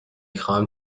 خواهمم